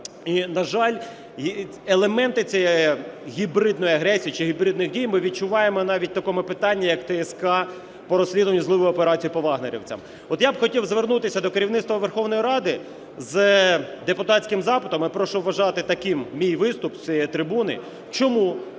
І на жаль, елементи цієї гібридної агресії чи гібридних дій ми відчуваємо навіть в такому питанні, як ТСК по розслідуванню зливу операції по "вагнерівцях". От я б хотів звернутися до керівництва Верховної Ради з депутатським запитом і прошу вважати таким мій виступ з цієї трибуни. Чому